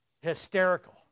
hysterical